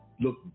look